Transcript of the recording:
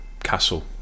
castle